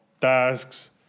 tasks